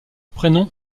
prénom